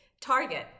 target